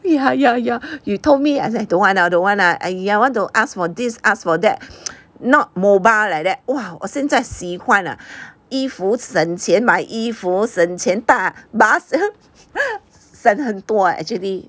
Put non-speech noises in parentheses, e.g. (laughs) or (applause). ya ya ya you told me I say don't want lah don't want lah want to ask for this ask for that (noise) not mobile like that !wah! 我现在喜欢衣服省钱买衣服省钱搭 bus (laughs) 省很多 actually